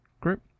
group